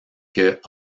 que